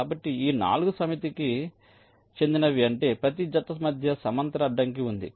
కాబట్టి ఈ 4 సమితికి చెందినవి అంటే ప్రతి జత మధ్య సమాంతర అడ్డంకి ఉంది